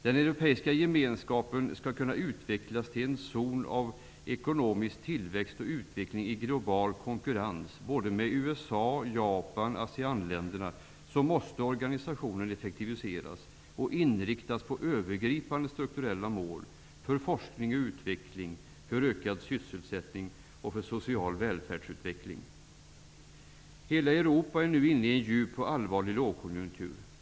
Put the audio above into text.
Om den europeiska gemenskapen skall kunna utvecklas till en zon av ekonomisk tillväxt och utveckling i global konkurrens med USA, Japan och ASEAN-länderna, måste organisationen effektiviseras och inriktas på övergripande strukturella mål för forskning och utveckling, ökad sysselsättning och social välfärdsutveckling. Hela Europa är nu inne i en djup och allvarlig lågkonjunktur.